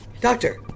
Doctor